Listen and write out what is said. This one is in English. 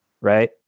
right